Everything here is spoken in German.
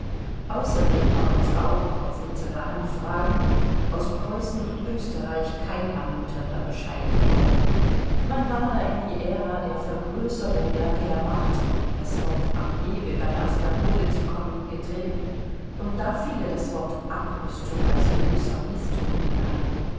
außerdem war uns auch auf unsere anfragen aus preußen und österreich kein ermunternder bescheid geworden man war da in die ära der vergrößerung der wehrmacht das wort armee begann aus der mode zu kommen getreten und da fiele das wort abrüstung als grober mißton hinein